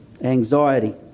anxiety